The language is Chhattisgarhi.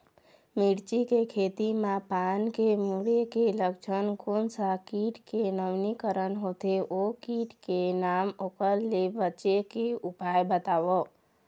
मिर्ची के खेती मा पान के मुड़े के लक्षण कोन सा कीट के नवीनीकरण होथे ओ कीट के नाम ओकर ले बचे के उपाय बताओ?